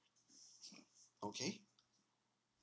okay